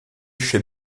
chez